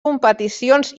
competicions